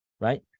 right